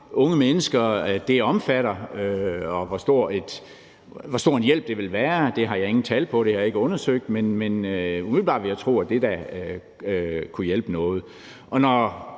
unge mennesker det omfatter, og hvor stor en hjælp det vil være. Det har jeg ingen antal på. Det har jeg ikke undersøgt, men umiddelbart vil jeg tro, at det da kunne hjælpe noget.